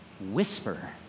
whisper